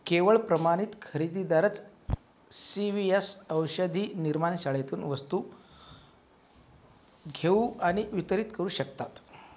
केवळ प्रमाणित खरेदीदारच सी वी एस औषधी निर्माण शाळेतून वस्तू घेऊ आणि वितरित करू शकतात